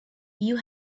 you